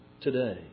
today